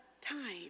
time